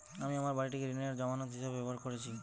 আমি আমার বাড়িটিকে ঋণের জামানত হিসাবে ব্যবহার করেছি